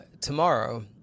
tomorrow